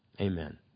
Amen